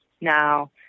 now